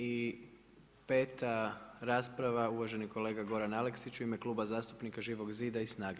I peta rasprava uvaženi kolega Goran Aleksić u ime Kluba zastupnika Živog zida i SNAGA-e.